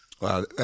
Wow